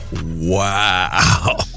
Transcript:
Wow